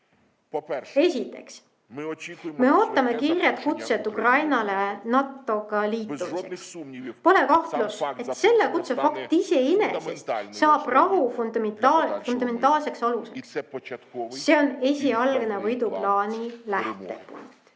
Esiteks, me ootame kiiret kutset Ukrainale NATO-ga liitumiseks. Pole kahtlust, et selle kutse fakt iseenesest saab rahu fundamentaalseks aluks. See on esialgne võiduplaani lähtepunkt.